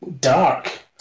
dark